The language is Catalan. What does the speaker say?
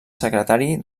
secretari